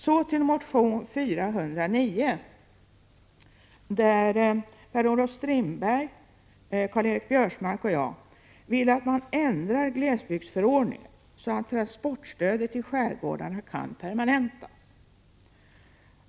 Så till motion A409, där Per-Olof Strindberg, Karl-Göran Biörsmark och jag vill att glesbygdsförordningen ändras så att transportstödet i skärgårdarna kan permanentas.